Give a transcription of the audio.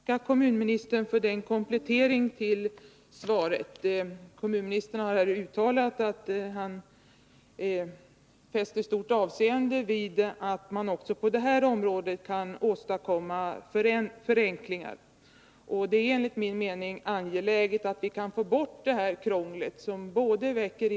Fru talman! Jag ber att få tacka kommunministern för den kompletteringen till svaret. Kommunministern har här uttalat att han fäster stort avseende vid att man också på detta område kan åstadkomma förenklingar. Det är enligt min mening angeläget att vi kan få bort krånglet med de nuvarande bestämmelserna.